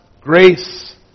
grace